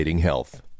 health